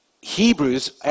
Hebrews